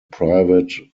private